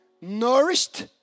nourished